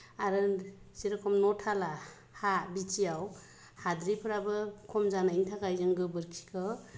आरो जेरखम न' थाला हा बिदियाव हाद्रिफोराबो खम जानायनि थाखाय जों गोबोरखिखौ